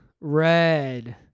Red